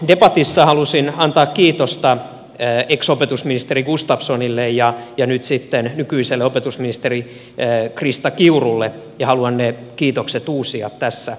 debatissa halusin antaa kiitosta ex opetusministeri gustafssonille ja nyt sitten nykyiselle opetusministerille krista kiurulle ja haluan ne kiitokset uusia tässä